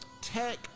tech